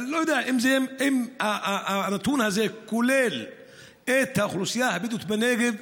אני לא יודע אם הנתון הזה כולל את האוכלוסייה הבדואית בנגב,